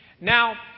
Now